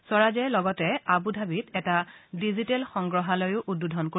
স্বৰাজে লগতে আবু ধাবিত এটা ডিজিটেল সংগ্ৰহালয়ো উদ্বোধন কৰিব